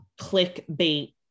clickbait